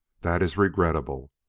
that is regrettable,